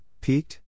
peaked